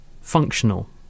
functional